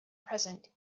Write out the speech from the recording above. present